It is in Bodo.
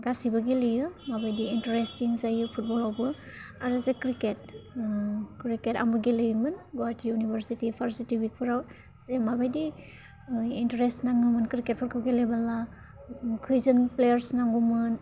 गासिबो गेलेयो माबायदि इन्टारेस्टिं जायो फुटबलावबो आरो जे क्रिकेट क्रिकेट आंबो गेलेयोमोन गुवाहाटि इउनिभारसिटि विकफ्राव मा बायदि इन्टारेस्ट नाङोमोन क्रिकेटफोरखौ गेलेबोला खैजोन प्लेयारस नांगौमोन